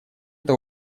это